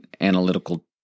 analytical